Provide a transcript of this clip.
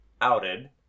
outed